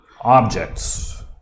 objects